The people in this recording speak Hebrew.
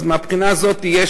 אז מהבחינה הזאת יש